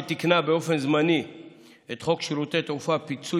שתיקנה באופן זמני את חוק שירותי תעופה (פיצוי